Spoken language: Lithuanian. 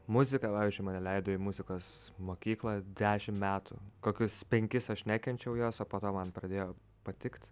muzika pavyzdžiui mane leido į muzikos mokyklą dešimt metų kokius penkis aš nekenčiau jos o po to man pradėjo patikt